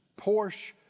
Porsche